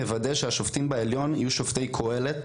יוודא שהשופטים בעליון יהיו שופטי קהלת,